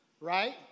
right